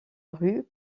rue